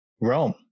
Rome